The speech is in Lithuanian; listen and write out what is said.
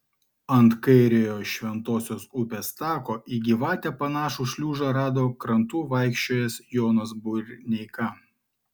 ant kairiojo šventosios upės tako į gyvatę panašų šliužą rado krantu vaikščiojęs jonas burneika